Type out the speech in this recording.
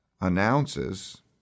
announces